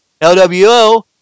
LWO